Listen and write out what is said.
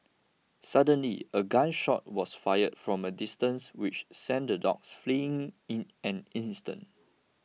suddenly a gun shot was fired from a distance which sent the dogs fleeing in an instant